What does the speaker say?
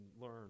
learn